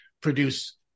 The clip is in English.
produce